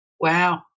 Wow